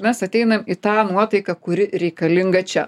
mes ateinam į tą nuotaiką kuri reikalinga čia